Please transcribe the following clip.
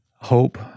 hope